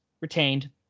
retained